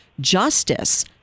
justice